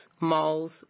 malls